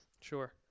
Sure